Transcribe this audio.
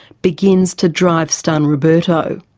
begins to drive-stun roberto.